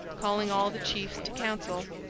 calling all the chiefs to council.